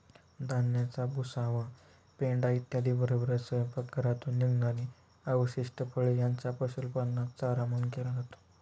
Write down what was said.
धान्याचा भुसा व पेंढा इत्यादींबरोबरच स्वयंपाकघरातून निघणारी अवशिष्ट फळे यांचा पशुपालनात चारा म्हणून केला जातो